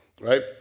Right